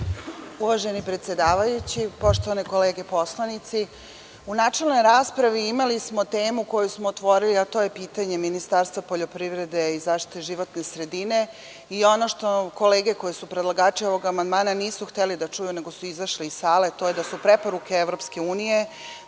Uvaženi predsedavajući, poštovani kolege poslanici, u načelnoj raspravi imali smo temu koju smo otvorili, a to je pitanje Ministarstva poljoprivrede i zaštite životne sredine i ono što kolege koji su predlagači ovog amandmana nisu hteli da čuju, nego su izašli iz sale, to je da su preporuke EU da se sve